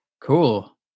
Cool